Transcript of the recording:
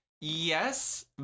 Yes